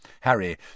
Harry